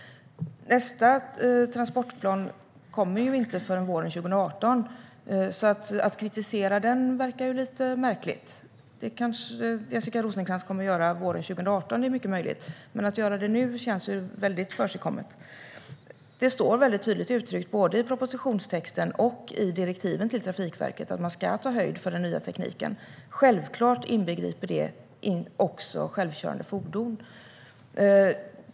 Nästa transportplan kommer inte förrän våren 2018. Att kritisera den ter sig lite märkligt. Det är mycket möjligt att Jessica Rosencrantz kommer att göra det våren 2018, men att göra det nu känns lite för tidigt. Det står tydligt uttryckt i både propositionstexten och direktiven till Trafikverket att man ska ta höjd för den nya tekniken. Självklart inbegriper det också självkörande fordon.